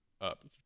up